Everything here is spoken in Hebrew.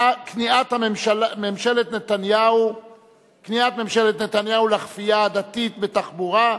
כניעת ממשלת נתניהו לכפייה הדתית בתחבורה,